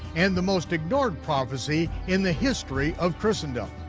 and the most ignored prophecy in the history of christendom.